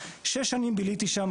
שש שנים ביליתי שם,